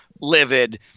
livid